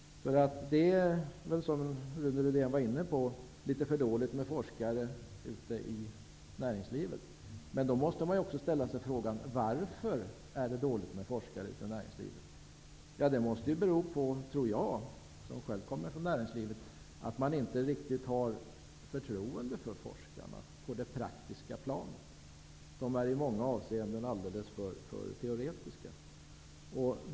Rune Rydén var inne på att det väl är litet för dåligt med forskare ute i näringslivet. Ja, men då måste man också ställa frågan: Varför är det dåligt med forskare i näringslivet? Det måste bero på, tror jag, som själv kommer från näringslivet, att man på det praktiska planet inte riktigt har förtroende för forskarna. Man tycker att de i många avseenden är alldeles för teoretiska.